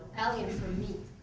alien from me,